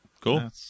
Cool